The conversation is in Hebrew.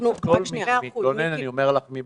אני אומר לך מבפנים,